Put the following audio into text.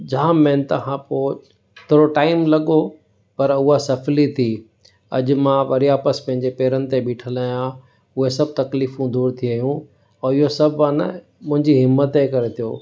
जामु महिनत खां पोइ थोरो टाइम लॻो पर हूअ सफली थी अॼु मां वरी वापसि पंहिंजे पेरनि ते बीठल आहियां उहे सभु तकलीफ़ूं दूर थी वियूं इहो सभु आहिनि मुंहिंजी हिमथ करे थियो